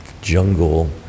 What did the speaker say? jungle